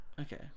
okay